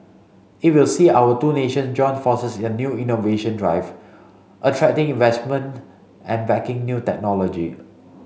it will see our two nation join forces in new innovation drive attracting investment and backing new technology